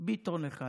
זה ביטון אחד,